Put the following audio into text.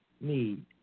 need